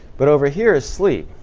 but over here is sleep.